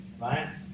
right